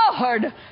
Lord